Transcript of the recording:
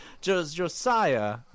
Josiah